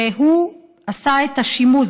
שהוא עשה את השימוש,